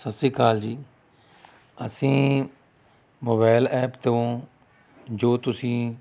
ਸਤਿ ਸ਼੍ਰੀ ਅਕਾਲ ਜੀ ਅਸੀਂ mobile app ਤੋਂ ਜੋ ਤੁਸੀਂ